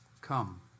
Come